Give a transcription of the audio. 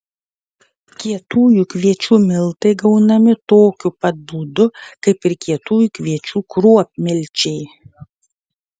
kietųjų kviečių miltai gaunami tokiu pat būdu kaip ir kietųjų kviečių kruopmilčiai